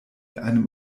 einem